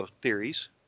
theories